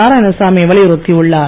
நாராயணசாமி வலியுறுத்தியுள்ளார்